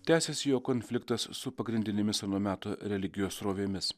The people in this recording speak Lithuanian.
tęsiasi jo konfliktas su pagrindinėmis ano meto religijos srovėmis